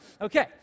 Okay